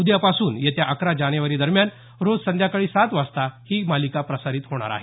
उद्यापासून येत्या अकरा जानेवारी दरम्यान रोज संध्याकाळी सात वाजता ही मालिका प्रसारित होणार आहे